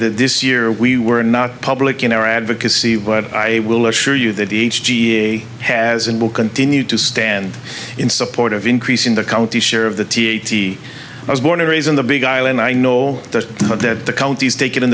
that this year we were not public in our advocacy but i will assure you that the h g a has and will continue to stand in support of increasing the county's share of the t t i was born and raised on the big island i know that now that the counties taken in